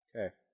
okay